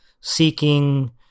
seeking